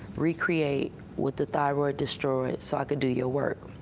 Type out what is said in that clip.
re-create what the thyroid destroyed so i can do your work.